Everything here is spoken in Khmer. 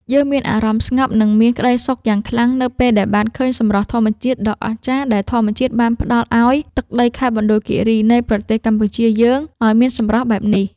យើងមានអារម្មណ៍ស្ងប់ និង មានក្តីសុខយ៉ាងខ្លាំងនៅពេលដែលបានឃើញសម្រស់ធម្មជាតិដ៏អស្ចារ្យដែលធម្មជាតិបានផ្តល់ឱ្យទឹកដីខេត្តមណ្ឌលគីរីនៃប្រទេសកម្ពុជាយើងឱ្យមានសម្រស់បែបនេះ។